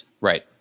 right